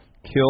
Kill